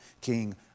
king